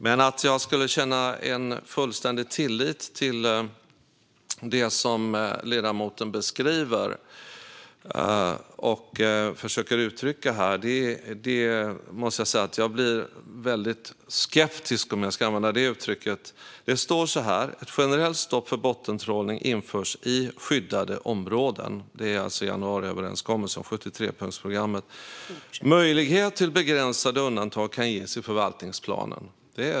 Men att känna fullständig tillit till det som ledamoten beskriver och försöker uttrycka här är jag väldigt skeptisk till - om jag ska använda det uttrycket. I januariöverenskommelsen, 73-punktsprogrammet, står det så här: "ett generellt stopp för bottentrålning införs i skyddade områden. Möjlighet till begränsade undantag kan ges i förvaltningsplanen."